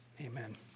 amen